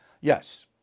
Yes